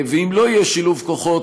ואם לא יהיה שילוב כוחות,